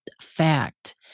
fact